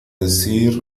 decir